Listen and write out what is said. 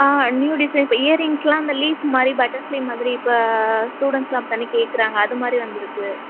ஆ new design இப்போ இயரிங்ஸ்யெலாம் இந்த லீஃப் மாதிரி பட்டர்ஃபிளை மாதிரி இப்போ ஸ்டூடண்ஸ்யெலாம் அப்படி தானே கேட்குறாங்க அது மாதிரி வந்திருக்கு